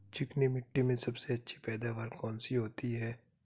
चिकनी मिट्टी में सबसे अच्छी पैदावार कौन सी होती हैं?